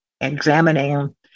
examining